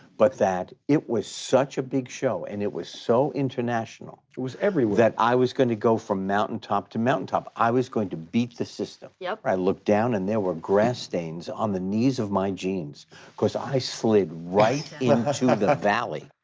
but that it was such a big show and it was so international. it was everywhere. that i was going to go from mountaintop to mountaintop. i was going to beat the system. yeah i looked down and there were grass stains on the knees of my jeans cause i slid right into yeah like the valley,